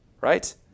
Right